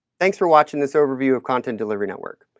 thanks for watching this overview of content delivery network.